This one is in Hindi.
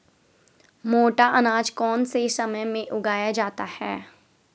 मोटा अनाज कौन से समय में उगाया जाता है?